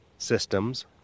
Systems